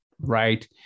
right